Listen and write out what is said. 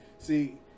See